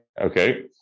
Okay